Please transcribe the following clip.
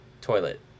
toilet